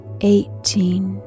eighteen